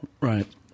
Right